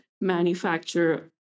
manufacture